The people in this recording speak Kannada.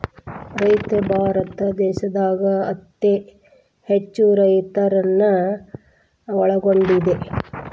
ರೈತ ಭಾರತ ದೇಶದಾಗ ಅತೇ ಹೆಚ್ಚು ರೈತರನ್ನ ಒಳಗೊಂಡಿದೆ